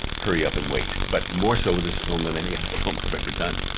hurry up and wait but moreso with this film than any other film i've ever done.